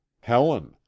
Helen